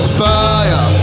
fire